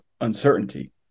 uncertainty